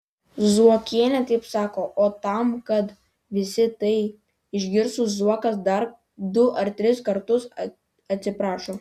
zuokienė taip pasako o tam kad visi tai išgirstų zuokas dar du ar tris kartus atsiprašo